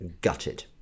gutted